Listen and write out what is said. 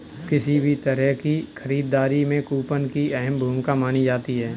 किसी भी तरह की खरीददारी में कूपन की अहम भूमिका मानी जाती है